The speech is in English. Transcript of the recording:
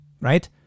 right